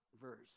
verse